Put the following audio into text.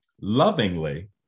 lovingly